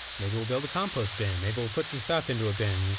maybe we'll build a compost bin, maybe we'll put some stuff into a bin. yeah